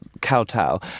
kowtow